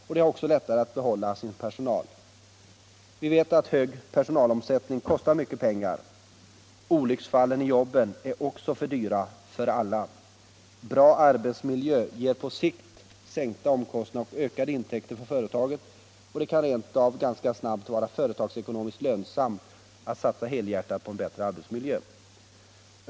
och de har också lättare att behålla sin personal. Vi vet att en hög personalomsättning kostar mycket pengar. Olycksfallen i jobben är också för dyra för alla. Bra arbetsmiljö ger på sikt sänkta omkostnader och ökade intäkter för företaget, och det kan rent av ganska snabbt bli företagsekonomiskt lönsamt att satsa helhjärtat på en bättre arbetsmiljö.